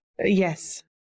Yes